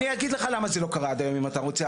אני אגיד לך למה זה לא קרה עד היום אם אתה רוצה,